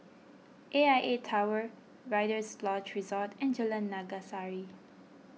A I A Tower Rider's Lodge Resort and Jalan Naga Sari